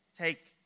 take